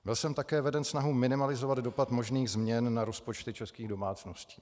Byl jsem také veden snahou minimalizovat dopad možných změn na rozpočty českých domácností.